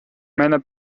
meiner